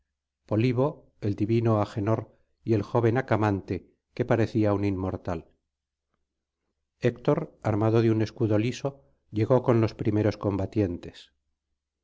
polibo el divino agenor y el joven acamante que parecía un inmortal héctor armado de un escudo liso llegó con los primeros combatientes